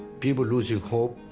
people losing hope,